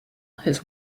his